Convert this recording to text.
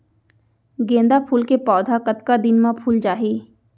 गेंदा फूल के पौधा कतका दिन मा फुल जाही?